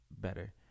better